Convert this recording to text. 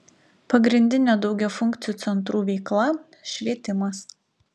pagrindinė daugiafunkcių centrų veikla švietimas